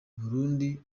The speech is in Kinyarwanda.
burundi